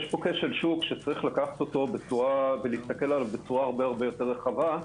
יש פה כשל שוק שיש להסתכל עליו בצורה הרבה יותר רחבה,